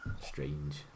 Strange